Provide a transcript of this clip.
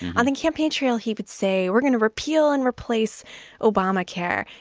on the campaign trail, he would say we're going to repeal and replace obamacare.